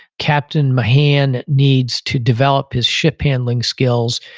captain mahan needs to develop his ship handling skills.